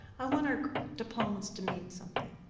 i want our diplomas to mean something.